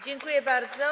Dziękuję bardzo.